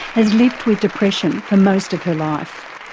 has lived with depression for most of her life.